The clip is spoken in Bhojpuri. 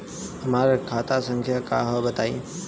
हमार खाता संख्या का हव बताई?